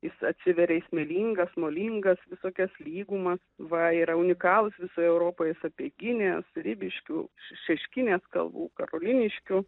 jis atsiveria smėlingas molingas visokias lygumas va yra unikalūs visai europai sapieginės ribiškių šeškinės kalvų karoliniškių